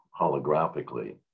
holographically